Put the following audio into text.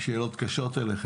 יש לי שאלות קשות אליכם,